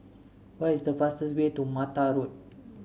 what is the fastest way to Mata Road